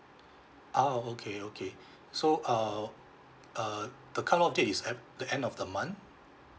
ah oh okay okay so uh uh the cut off date is at the end of the month